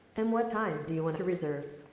and what time do you want to reserve?